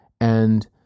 And-